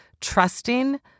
trusting